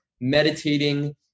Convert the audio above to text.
meditating